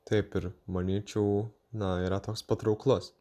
taip ir manyčiau na yra toks patrauklus